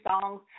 songs